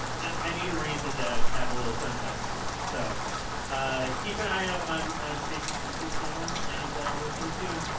i need a reason to have a little sunshine in my life. so keep an eye out on on trace's youtube channel, and we'll see you soon.